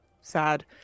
sad